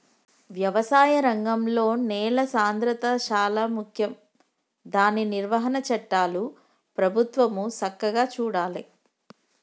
వ్యవసాయ రంగంలో నేల సాంద్రత శాలా ముఖ్యం దాని నిర్వహణ చట్టాలు ప్రభుత్వం సక్కగా చూడాలే